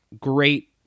great